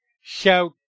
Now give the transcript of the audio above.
shout